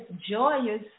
joyous